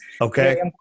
Okay